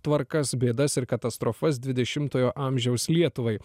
tvarkas bėdas ir katastrofas dvidešimtojo amžiaus lietuvai